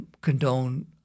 condone